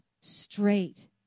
straight